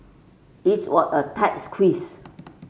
its were a tight squeeze